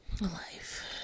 life